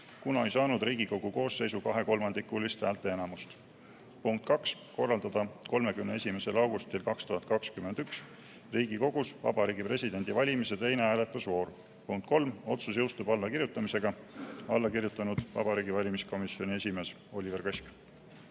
kuna ei saanud Riigikogu koosseisu kahekolmandikulist häälteenamust. Punkt 2: korraldada 31. augustil 2021 Riigikogus Vabariigi Presidendi valimise teine hääletusvoor. Punkt 3: otsus jõustub allakirjutamisega." Alla on kirjutanud Vabariigi Valimiskomisjoni esimees Oliver Kask.